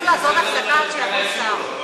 יש בזה יותר תועלת, כי ככה ישיבו לו.